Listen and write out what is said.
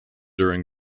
during